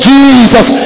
Jesus